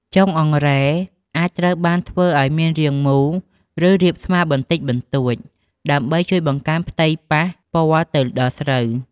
ចុងអង្រែអាចត្រូវបានធ្វើឲ្យមានរាងមូល ឬរាបស្មើបន្តិចបន្តួច ដើម្បីជួយបង្កើនផ្ទៃប៉ះពាល់ទៅដល់ស្រូវ។